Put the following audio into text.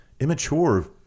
immature